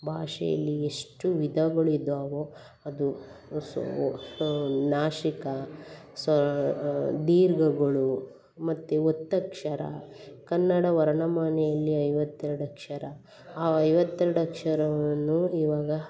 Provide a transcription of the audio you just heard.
ಭಾಷೆಯಲ್ಲಿ ಎಷ್ಟು ವಿಧಗಳು ಇದ್ದಾವೋ ಅದು ನಾಸಿಕ ಸಹ ದೀರ್ಘಗಳು ಮತ್ತು ಒತ್ತಕ್ಷರ ಕನ್ನಡ ವರ್ಣಮಾಲೆಯಲ್ಲಿ ಐವತ್ತು ಎರಡು ಅಕ್ಷರ ಆ ಐವತ್ತು ಎರಡು ಅಕ್ಷರವೂ ಈವಾಗ